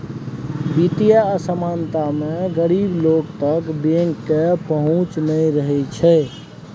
बित्तीय असमानता मे गरीब लोक तक बैंक केर पहुँच नहि रहय छै